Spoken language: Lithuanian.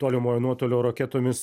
tolimojo nuotolio raketomis